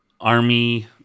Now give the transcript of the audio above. army